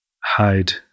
hide